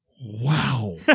wow